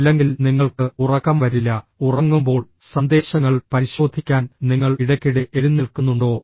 അല്ലെങ്കിൽ നിങ്ങൾക്ക് ഉറക്കം വരില്ല ഉറങ്ങുമ്പോൾ സന്ദേശങ്ങൾ പരിശോധിക്കാൻ നിങ്ങൾ ഇടയ്ക്കിടെ എഴുന്നേൽക്കുന്നുണ്ടോ